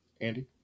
Andy